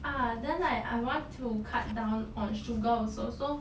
ah then like I want to cut down on sugar also so